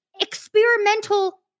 experimental